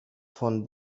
von